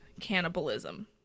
cannibalism